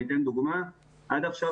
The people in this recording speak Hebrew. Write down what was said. לדוגמה, עד עכשיו